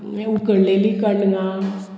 मागीर उकडलेली कडंगां